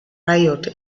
riot